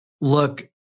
look